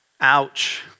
Ouch